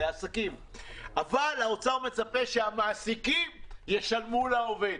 אבל האוצר מצפה שהמעסיקים ישלמו לעובד.